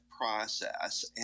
process